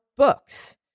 Books